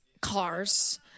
cars